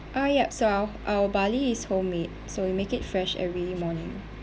ah yup so our our barley is homemade so we make it fresh every morning